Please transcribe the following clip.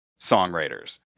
songwriters